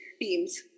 teams